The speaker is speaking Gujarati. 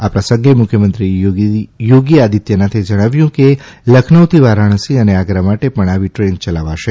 આ પ્રસંગે મુખ્યમંત્રી યોગી આદિત્યનાથે જણાવ્યું કે લખનઉથી વારાણસી અને આગ્રા માટે પણ આવી ટ્રેન ચલાવાશે